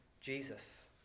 Jesus